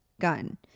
gun